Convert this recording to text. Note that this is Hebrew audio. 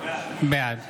בעד